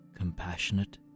Compassionate